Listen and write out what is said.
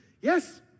Yes